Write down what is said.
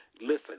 listen